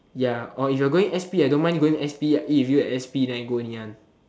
ya or if you're going s_p I don't mind going to s_p I eat with you at s_p then I go Ngee-Ann